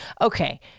Okay